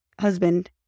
husband